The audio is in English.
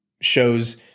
shows